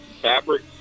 fabric